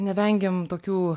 nevengiam tokių